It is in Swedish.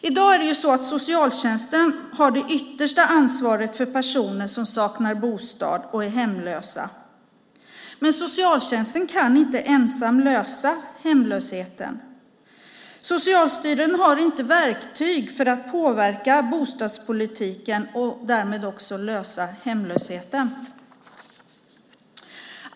I dag har socialtjänsten det yttersta ansvaret för personer som saknar bostad och är hemlösa. Men socialtjänsten kan inte ensam lösa problemet med hemlösheten. Socialtjänsten har inte verktyg för att påverka bostadspolitiken och därmed också lösa problemet med hemlösheten.